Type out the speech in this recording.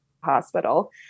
hospital